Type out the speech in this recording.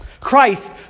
Christ